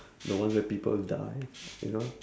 the ones that people die you know